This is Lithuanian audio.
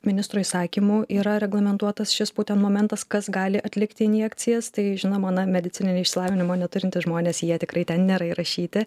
ministro įsakymu yra reglamentuotas šis būtent momentas kas gali atlikti injekcijas tai žinoma na medicininio išsilavinimo neturintys žmonės jie tikrai ten nėra įrašyti